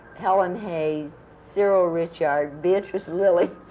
helen hayes, cyril ritchard, beatrice lillie,